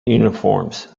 uniforms